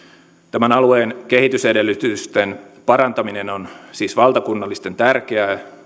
tämän alueen kehitysedellytysten parantaminen on siis valtakunnallisestikin tärkeää